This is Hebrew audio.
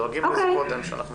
דואגים לזה קודם.